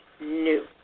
new